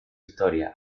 historia